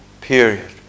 period